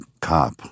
cop